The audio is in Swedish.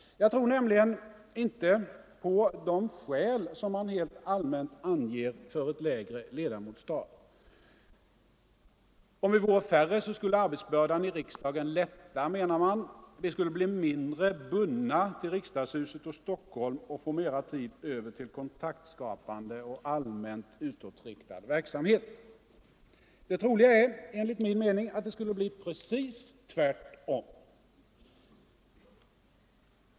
Jag trorinte på de skäl som man helt allmänt anför för ett lägre ledamotstal. Om vi vore färre skulle arbetsbördan i riksdagen lätta, menar man. Vi skulle då bli mindre bundna till riksdagshuset och Stockholm och få mera tid över till kontaktskapande och allmänt utåtriktad verksamhet. Enligt min mening är det troliga i stället att det skulle bli precis tvärtom.